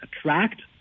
attract